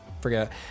forget